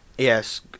Yes